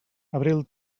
abril